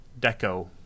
Deco